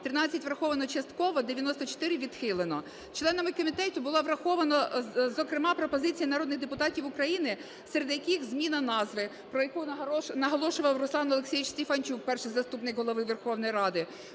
13 – враховано частково, 94 – відхилено. Членами комітету була врахована, зокрема, пропозиція народних депутатів України, серед яких зміна назви, про яку наголошував Руслан Олексійович Стефанчук, Перший заступник Голови Верховної Ради.